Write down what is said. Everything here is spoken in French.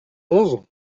onze